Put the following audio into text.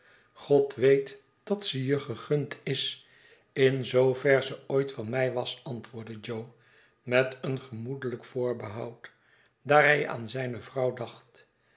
god weet dat ze je gegund is in zoover ze ooit van mij was antwoordde jo met een gemoedeiijk voorbehoud daar hij aan zijne vrouw dacht